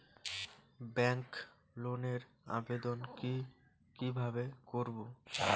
Bank লোনের আবেদন কি কিভাবে করব?